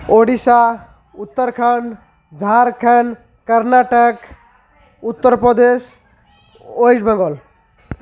Odisha Uttarakhand Jharkhand Karnataka Uttar Pradesh West Bengal